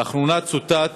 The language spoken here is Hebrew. לאחרונה צוטט